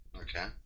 Okay